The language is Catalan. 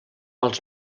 als